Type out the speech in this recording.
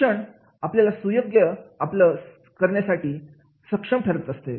शिक्षण आपल्याला सुयोग्य आपलं करण्यासाठी सक्षम ठरत असते